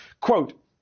Quote